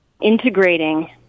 integrating